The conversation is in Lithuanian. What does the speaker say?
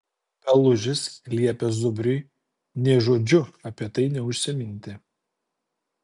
pelužis liepė zubriui nė žodžiu apie tai neužsiminti